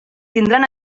tindran